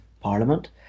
parliament